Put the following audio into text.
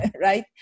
right